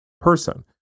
person